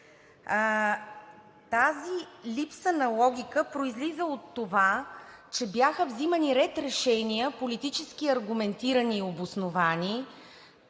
Тази липса на логика произлиза от това, че бяха взимани ред решения, политически аргументирани и обосновани,